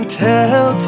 tell